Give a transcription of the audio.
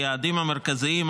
היעדים המרכזיים,